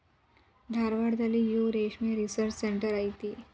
ಧಾರವಾಡದಲ್ಲಿಯೂ ರೇಶ್ಮೆ research centre ಐತಿ